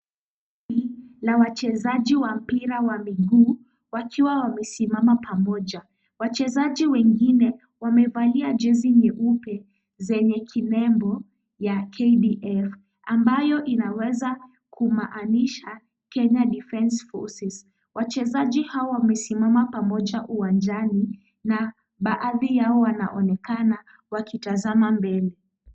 La wachezaji wa mpira ya miguu, wakiwa wamesimama pamoja. Wachezaji wengine wamevalia jezi nyeupe zenye kinembo ya KDF ambayo inaweza kumaanisha Kenya Defence forces . Wachezaji hawa wamesimama pamoja uwanjani na baadhi yao wanaonekana wakitazama mbele.